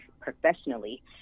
professionally